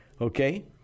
Okay